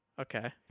Okay